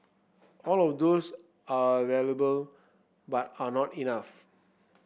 all of those are valuable but are not enough